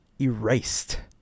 erased